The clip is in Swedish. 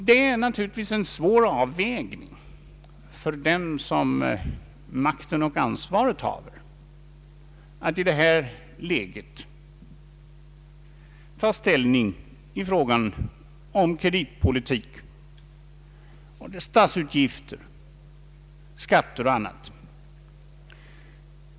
Det är naturligtvis en svår avvägning för dem som makten och ansvaret haver att i det här läget ta ställning i frågor om kreditpolitik, statsutgifter, skatter och annat.